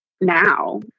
now